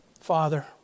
father